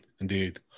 Indeed